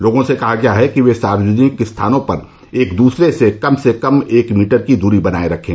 लोगों से कहा गया है कि वे सार्वजनिक स्थानों पर एक दूसरे से कम से कम एक मीटर की दूरी बनाये रखें